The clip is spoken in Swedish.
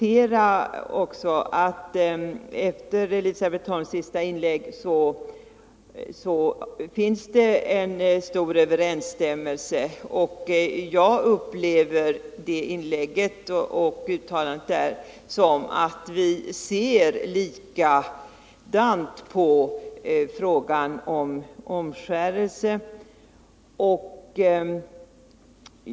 Elisabet Holms senaste inlägg upplever jag så att vi ser likadant på frågan om omskärelse.